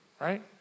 right